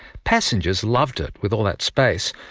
passengers loved it, with all that space,